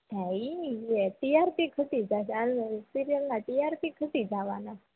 હા ઇજ ટીઆરપી ઘટી જાશે આ સિરિયલના ટીઆરપી ઘટી જાવાના